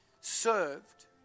served